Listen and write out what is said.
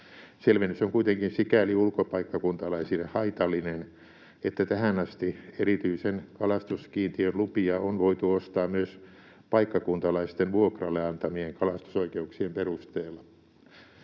Selvennys on kuitenkin sikäli ulkopaikkakuntalaisille haitallinen, että tähän asti erityisen kalastuskiintiön lupia on voitu ostaa myös paikkakuntalaisten vuokralle antamien kalastusoikeuksien perusteella.